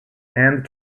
and